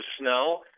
snow